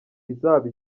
izaba